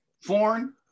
foreign